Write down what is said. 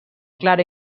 clara